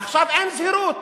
עכשיו אין זהירות.